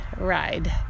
ride